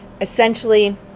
Essentially